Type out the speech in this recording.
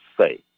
say